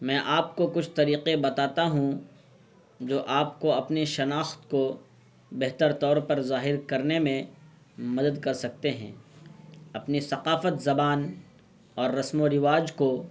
میں آپ کو کچھ طریقے بتاتا ہوں جو آپ کو اپنی شناخت کو بہتر طور پر ظاہر کرنے میں مدد کر سکتے ہیں اپنی ثقافت زبان اور رسم و رواج کو